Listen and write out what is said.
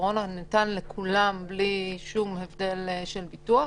קורונה ניתן לכולם, בלי שום הבדל של ביטוח,